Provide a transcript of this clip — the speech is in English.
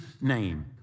name